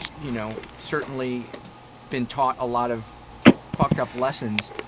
you know, certainly been taught a lot of fucked up lessons,